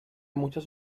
muchas